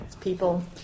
people